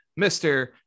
Mr